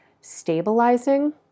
stabilizing